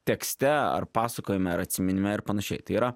tekste ar pasakojime ar atsiminime ir panašiai tai yra